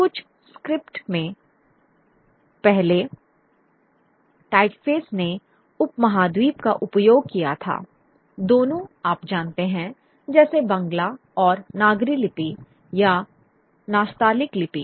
कुछ स्क्रिप्ट में पहले टाइपफेस ने उपमहाद्वीप का उपयोग किया था दोनों आप जानते हैं जैसे बंगला और नागरी लिपि या नाश्तालिक लिपि